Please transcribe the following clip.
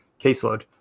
caseload